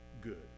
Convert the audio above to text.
good